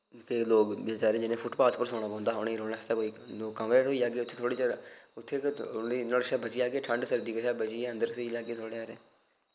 केईं लोक बचारे जि'नें फुटपाथ उप्पर सौना पोंदा हा उ'नें रौंह्ने आस्तै कोई दो कमरे थ्होई जागे उत्थै थोह्ड़े चिर उत्थै गै नोह्ड़े शा बची जागे ठंड सर्दी कशा बचियै अंदर सेई लैगे थोह्ड़े हारे